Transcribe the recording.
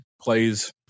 plays